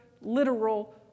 literal